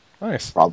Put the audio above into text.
nice